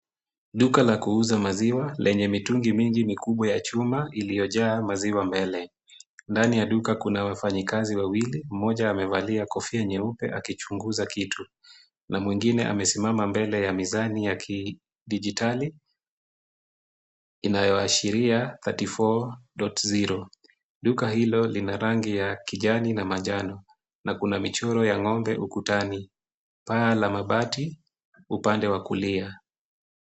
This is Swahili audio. Duka la kuuza maziwa lenye mitungi mingi mikubwa ya chuma iliyojaa maziwa mbele. Ndani ya duka kuna wafanyikazi wawili, Mmoja amevalia kofia nyeupe akichunguza kitu. Na mwingine amesimama mbele ya mizani ya kidijitali, inayoashiria thirty four dot zero . Duka hilo lina rangi ya kijani na manjano, na kuna michoro ya ng'ombe ukutani. Paa la mabati upande wa kulia.